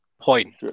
point